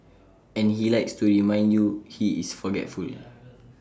and he likes to remind you he is forgetful